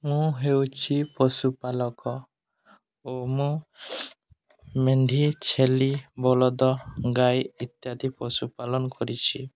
ମୁଁ ହେଉଛି ପଶୁପାଳକ ଓ ମୁଁ ମେଣ୍ଢି ଛେଳି ବଳଦ ଗାଈ ଇତ୍ୟାଦି ପଶୁପାଳନ କରିଛି